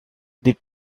the